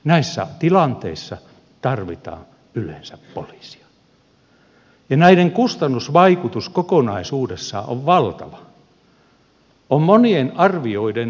näissä tilanteissa tarvitaan yleensä poliisia ja näiden kustannusvaikutus kokonaisuudessaan on valtava